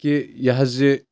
کہِ یہِ حظ یہِ